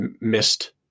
missed